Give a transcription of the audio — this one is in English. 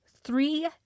three